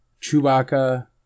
Chewbacca